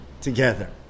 together